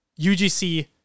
UGC